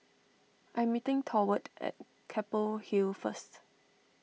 I'm meeting Thorwald at Keppel Hill first